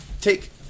Take